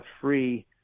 free